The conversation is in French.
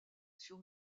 sur